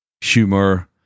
humor